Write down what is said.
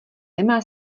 nemá